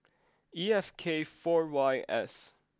E F K four Y S